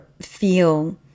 feel